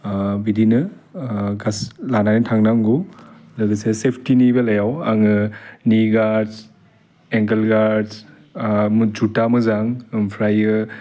बिदिनो गासि लानानै थांनांगौ लोगोसे सेफटिनि बेलायाव आङो नि गार्डस एंखोल गार्डस जुता मोजां आमफ्रायो